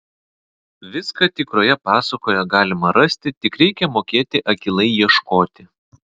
viską tikroje pasakoje galima rasti tik reikia mokėti akylai ieškoti